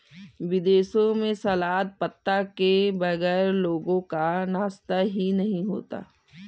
विदेशों में सलाद पत्ता के बगैर लोगों का नाश्ता ही नहीं होता